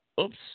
Oops